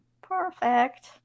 perfect